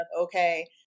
okay